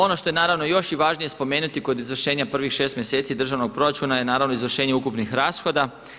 Ono što je naravno još i važnije spomenuti kod izvršenja prvih 6 mjeseci državnog proračuna je naravno izvršenje ukupnih rashoda.